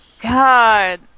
God